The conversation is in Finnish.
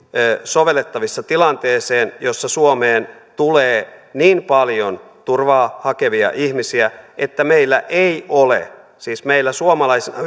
sovellettavissa tilanteeseen jossa suomeen tulee niin paljon turvaa hakevia ihmisiä että meillä ei ole siis meillä suomalaisena